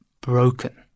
broken